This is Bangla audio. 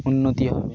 উন্নতি হবে